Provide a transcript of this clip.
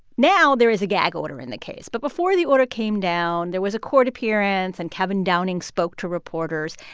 now there is a gag order in the case. but before the order came down, there was a court appearance, and kevin downing spoke to reporters.